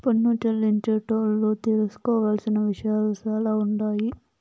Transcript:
పన్ను చెల్లించేటోళ్లు తెలుసుకోవలసిన విషయాలు సాలా ఉండాయి